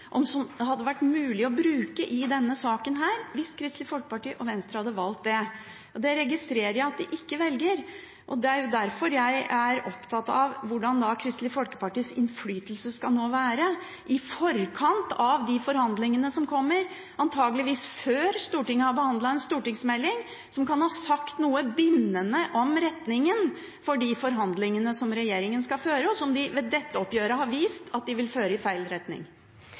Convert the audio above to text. og som det hadde vært mulig å bruke i denne saken hvis Kristelig Folkeparti og Venstre hadde valgt det. Det registrerer jeg at de ikke velger. Det er derfor jeg er opptatt av hvordan Kristelig Folkepartis innflytelse nå skal være i forkant av de forhandlingene som kommer, antakeligvis før Stortinget har behandlet en stortingsmelding som kunne ha sagt noe bindende om retningen for de forhandlingene som regjeringen skal føre, og som den ved dette oppgjøret har vist at den vil føre i feil retning.